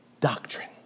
doctrine